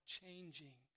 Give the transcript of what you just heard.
changing